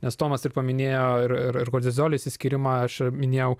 nes tomas ir paminėjo ir ir kortizolio išsiskyrimą aš minėjau